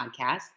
podcast